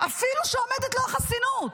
אפילו שעומדת לו החסינות.